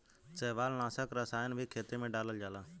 शैवालनाशक रसायन भी खेते में डालल जाला